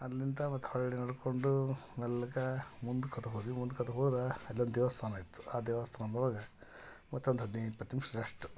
ಅಲ್ಲಿಂದ ಮತ್ತೆ ಹೊರಳಿ ನಡಕೊಂಡು ಮೆಲ್ಲಕೆ ಮುಂದ್ಕಂತ ಹೋದಿವಿ ಮುಂದ್ಕಂತ ಹೋರೆ ಅಲ್ಲೊಂದು ದೇವಸ್ಥಾನ ಇತ್ತು ಆ ದೇವಸ್ಥಾನ್ದೊಳಗೆ ಮತ್ತೊಂದು ಹದಿನೈದು ಇಪ್ಪತ್ತು ನಿಮಿಷ ರೆಸ್ಟ್